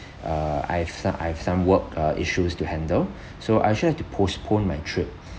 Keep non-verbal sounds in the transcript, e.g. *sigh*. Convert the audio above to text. uh I've so~ I've some work uh issues to handle *breath* so I actually have to postpone my trip